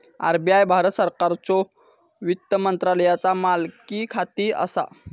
RBI Bharat सरकारच्यो वित्त मंत्रालयाचा मालकीखाली असा